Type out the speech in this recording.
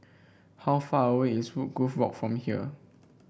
how far away is Woodgrove Walk from here